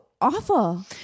awful